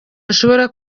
ashobora